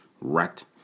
wrecked